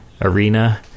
arena